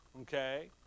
Okay